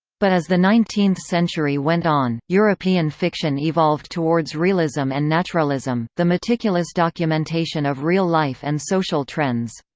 but as the nineteenth century went on, european fiction evolved towards realism and naturalism, the meticulous documentation of real life and social trends.